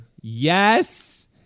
Yes